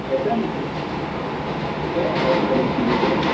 எத்தனை மாதம் ஆச்சு எத்தனை மாதம் ஆச்சு தடுப்பூசிப் போட்டு